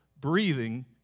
breathing